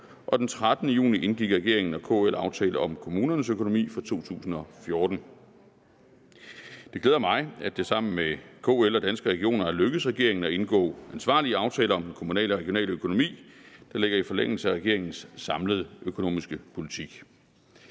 og den 13. juni indgik regeringen og KL aftale om kommunernes økonomi for 2014. Det glæder mig, at det sammen med KL og Danske Regioner er lykkedes regeringen at indgå ansvarlige aftaler om den kommunale og regionale økonomi, der ligger i forlængelse af regeringens samlede økonomiske politik.